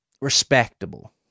respectable